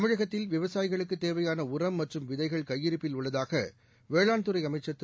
தமிழகத்தில் விவசாயிகளுக்கு தேவையான உரம் மற்றும் விதைகள் கையிருப்பில் உள்ளதாக வேளாண்துறை அமைச்சர் திரு